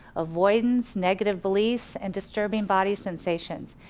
avoidance, negative beliefs, and disturbing body sensations.